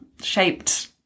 shaped